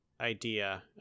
idea